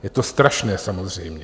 Je to strašné, samozřejmě.